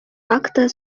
акта